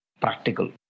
practical